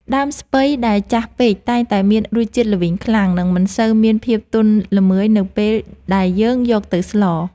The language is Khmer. ដើមស្ពៃដែលចាស់ពេកតែងតែមានរសជាតិល្វីងខ្លាំង និងមិនសូវមានភាពទន់ល្មើយនៅពេលដែលយើងយកទៅស្ល។